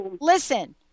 listen